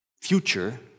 future